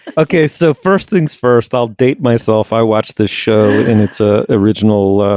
okay so first things first i'll date myself. i watched the show in its ah original